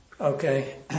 Okay